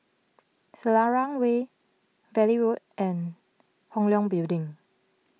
Selarang Way Valley Road and Hong Leong Building